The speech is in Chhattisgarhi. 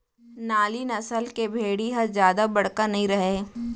नाली नसल के भेड़ी ह जादा बड़का नइ रहय